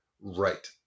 right